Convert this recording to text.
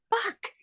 Fuck